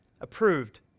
approved